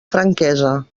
franquesa